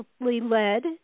led